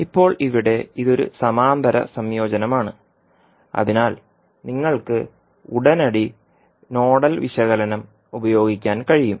ഇപ്പോൾ ഇവിടെ ഇത് ഒരു സമാന്തര സംയോജനമാണ് അതിനാൽ നിങ്ങൾക്ക് ഉടനടി നോഡൽ വിശകലനം ഉപയോഗിക്കാൻ കഴിയും